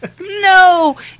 No